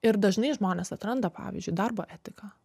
ir dažnai žmonės atranda pavyzdžiui darbo etiką